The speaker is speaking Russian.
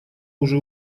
уже